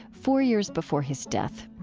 four years before his death.